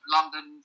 London